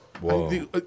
Whoa